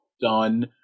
done